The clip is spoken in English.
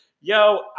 Yo